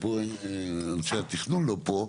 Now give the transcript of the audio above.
ופה, אנשי התכנון לא פה,